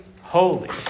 holy